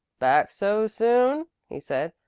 back so soon? he said.